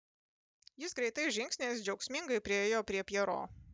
jis greitais žingsniais džiaugsmingai priėjo prie pjero